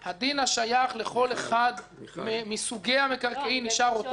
השייך לכל אחד מסוגי המקרקעין נשאר אותו דין